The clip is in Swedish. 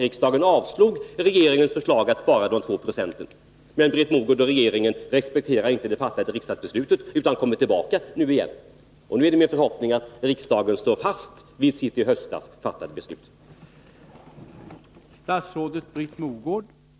Riksdagen avslog då regeringens 22 april 1981 förslag att spara med 2 90, men Britt Mogård och regeringen respekterar inte det fattade riksdagsbeslutet utan kommer tillbaka nu igen. Det är min Anslag till driften förhoppning att riksdagen står fast vid sitt i höstas fattade beslut. av grundskolor